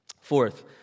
Fourth